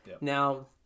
now